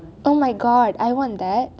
omg I want that